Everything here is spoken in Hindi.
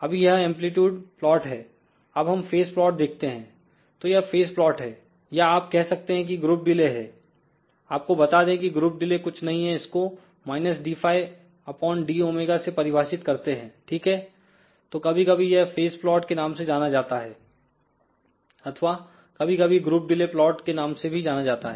अभी यह एंप्लीट्यूड प्लॉट है अब हम फेज प्लॉट देखते हैंतो यह फेज प्लॉट है या आप कह सकते हैं कि ग्रुप डिले है आपको बता दें कि ग्रुप डिले कुछ नहीं है इसको -dϕ dω से परिभाषित करते हैं ठीक हैतो कभी कभी यह फेज प्लॉट के नाम से जाना जाता है अथवा कभी कभी ग्रुप डिले प्लॉट के नाम से भी जाना जाता है